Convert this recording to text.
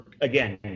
again